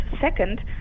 Second